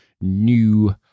new